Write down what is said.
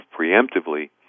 preemptively